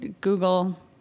Google